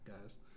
guys